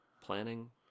planning